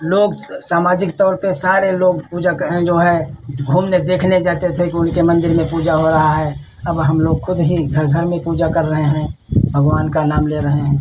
लोग सामाजिक तौर पर सारे लोग पूजा का यह जो है जो घूमने देखने जाते थे कि उनके मन्दिर में पूजा हो रही है अब हमलोग खुद ही घर घर में पूजा कर रहे हैं भगवान का नाम ले रहे हैं